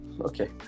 Okay